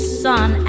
sun